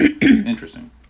Interesting